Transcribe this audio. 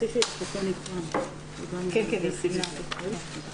אני שמח לפתוח את ישיבת הוועדה לקידום מעמד האישה ולשוויון מגדרי.